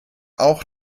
auch